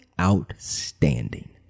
outstanding